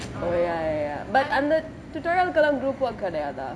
oh ya ya ya but அந்த:anthe tutorial குலே:kulae group work கிடையாதா:kidaiyathaa